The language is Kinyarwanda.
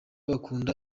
bakunda